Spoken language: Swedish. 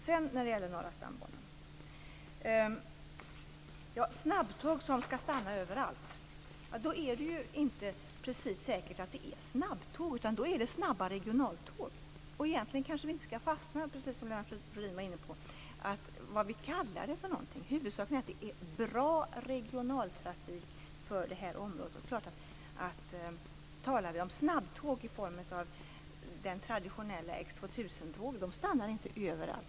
Sedan till Norra stambanan och snabbtågen som skall stanna överallt. Men då är det ju inte säkert att det är snabbtåg. Då är det snabba regionaltåg. Egentligen kanske vi inte skall fastna - precis som Lennart Rohdin var inne på - i vad vi kallar det. Huvudsaken är att det är bra regionaltrafik för området. Snabbtåg i form av traditionella X 2000-tåg stannar inte överallt.